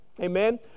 Amen